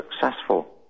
successful